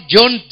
John